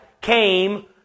came